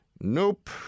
nope